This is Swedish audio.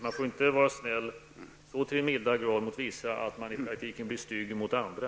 Man får inte vara snäll så till den milda grad mot vissa att man i praktiken blir stygg mot andra.